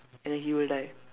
and then he will die